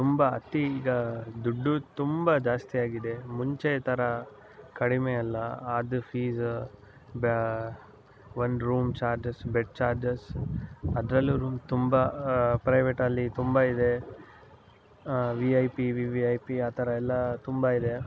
ತುಂಬ ಅತಿ ಈಗ ದುಡ್ಡು ತುಂಬ ಜಾಸ್ತಿಯಾಗಿದೆ ಮುಂಚೆ ಥರ ಕಡಿಮೆ ಅಲ್ಲ ಅದು ಫೀಸ್ ಬ ಒಂದು ರೂಮ್ ಚಾರ್ಜಸ್ ಬೆಡ್ ಚಾರ್ಜಸ್ ಅದರಲ್ಲೂ ರೂಮ್ ತುಂಬ ಪ್ರೈವೇಟಲ್ಲಿ ತುಂಬ ಇದೆ V I P V V I P ಆ ಥರಯೆಲ್ಲ ತುಂಬ ಇದೆ